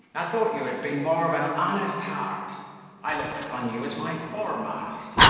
i thought you had been more of an honest heart i looked upon you as my foremast,